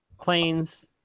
planes